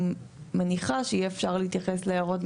אני מניחה שיהיה אפשר להתייחס להערות,